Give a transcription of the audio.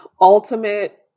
ultimate